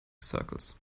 circles